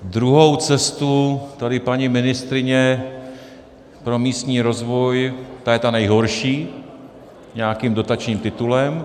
Druhou cestu tady paní ministryně pro místní rozvoj ta je ta nejhorší, nějakým dotačním titulem.